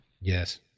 Yes